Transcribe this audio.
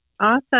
Awesome